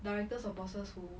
directors or bosses who